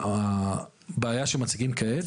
הבעיה שמציגים כעת,